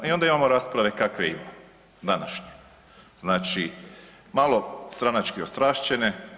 I onda imamo rasprave kakve imamo današnje, znači malo stranački ostrašćene.